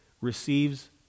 receives